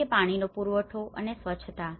જેમ કે પાણીનો પુરવઠો અને સ્વચ્છતા